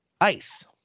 ice